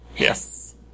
Yes